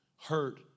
hurt